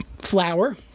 flour